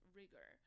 rigor